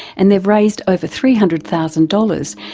and they've raised over three hundred thousand dollars,